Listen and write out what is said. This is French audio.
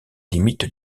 limites